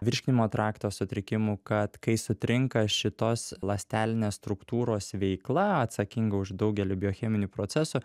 virškinimo trakto sutrikimų kad kai sutrinka šitos ląstelinės struktūros veikla atsakinga už daugelį biocheminių procesų